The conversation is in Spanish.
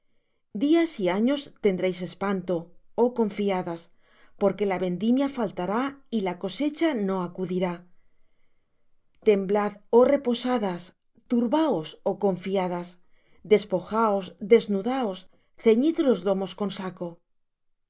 días y años tendréis espanto oh confiadas porque la vendimia faltará y la cosecha no acudirá temblad oh reposadas turbaos oh confiadas despojaos desnudaos ceñid los lomos con saco